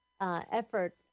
effort